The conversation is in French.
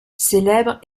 célèbrent